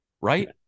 right